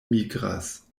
migras